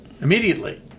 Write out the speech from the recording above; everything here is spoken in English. immediately